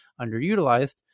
underutilized